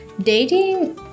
Dating